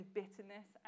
bitterness